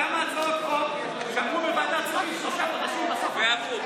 על כמה הצעות חוק אמרו בוועדת השרים "שלושה חודשים" והן בסוף עברו?